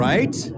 Right